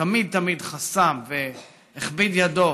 שתמיד תמיד חסם והכביד ידו